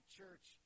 church